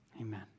Amen